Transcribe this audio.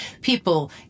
people